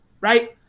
Right